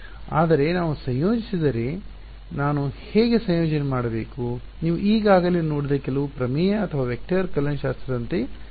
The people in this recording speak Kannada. ಆದರೆ ನಾವು ಸಂಯೋಜಿಸಿದರೆ ನಾನು ಹೇಗೆ ಸಂಯೋಜನೆ ಮಾಡಬೇಕು ನೀವು ಈಗಾಗಲೇ ನೋಡಿದ ಕೆಲವು ಪ್ರಮೇಯ ಅಥವಾ ವೆಕ್ಟರ್ ಕಲನಶಾಸ್ತ್ರದಂತೆ ಕಾಣಿಸುತ್ತದೆಯೇ